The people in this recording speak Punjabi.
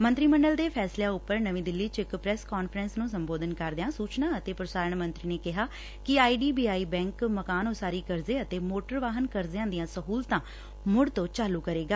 ਮੰਤਰੀ ਮੰਡਲ ਦੇ ਫੈਸਲਿਆਂ ਉਪਰ ਨਵੀਂ ਦਿੱਲੀ ਚ ਇਕ ਪ੍ਰੈਸ ਕਾਨਫਰੰਸ ਨੁੰ ਸੰਬੋਧਨ ਕਰਦਿਆਂ ਸੂਚਨਾ ਅਤੇ ਪ੍ਸਾਰਣ ਮੰਤਰੀ ਨੇ ਕਿਹੈ ਕਿ I D B I bank ਮਕਾਨ ਉਸਾਰੀ ਕਰਜ਼ੇ ਅਤੇ ਮੋਟਰ ਵਾਹਨ ਕਰਜ਼ਿਆ ਦੀਆਂ ਸਹੁਲਤਾਂ ਮੁੜ ਤੋਂ ਚਾਲੁ ਕਰੇਗਾ